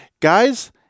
guys